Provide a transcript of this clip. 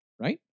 right